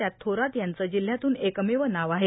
त्यात थोरात यांचं जिल्ह्यातून एकमेव नाव आहे